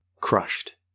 crushed